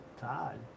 Todd